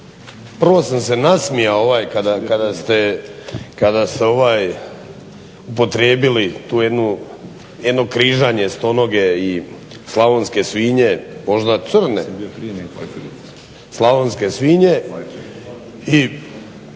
prvo sam se nasmijao kada ste upotrijebili to jedno križanje stonoge i slavonske svinje možda crne i boga mi